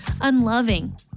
unloving